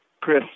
Chris